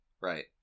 Right